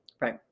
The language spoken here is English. Right